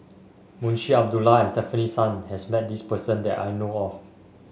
Munshi Abdullah and Stefanie Sun has met this person that I know of